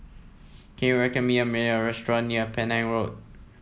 can you recommend me a measure restaurant near Penang Road